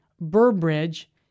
Burbridge